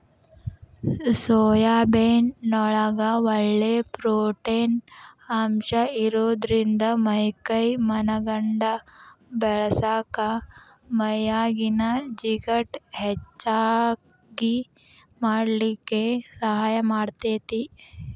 soybean ನೊಳಗ ಒಳ್ಳೆ protein ಅಂಶ ಇರೋದ್ರಿಂದ ಮೈ ಕೈ ಮನಗಂಡ ಬೇಳಸಾಕ ಮೈಯಾಗಿನ ಜಿಗಟ್ ಹೆಚ್ಚಗಿ ಮಾಡ್ಲಿಕ್ಕೆ ಸಹಾಯ ಮಾಡ್ತೆತಿ